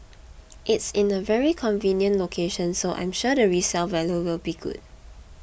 it's in a very convenient location so I'm sure the resale value will be good